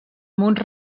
munts